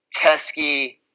Teskey